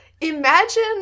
Imagine